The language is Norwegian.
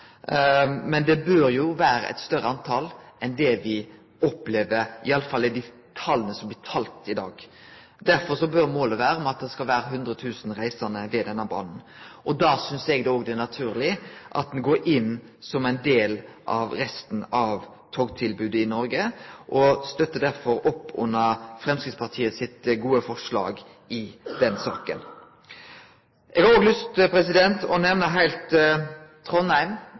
men det bør jo vera eit større tal enn det dei tala me har i dag, viser. Derfor bør målet vere at det skal vere 100 000 reisande ved denne banen. Da synest eg òg det er naturleg at me går inn som ein del av resten av togtilbodet i Noreg, og støttar derfor opp under Framstegspartiet sitt gode forslag i den saka. Eg har òg lyst til å nemne Trondheim.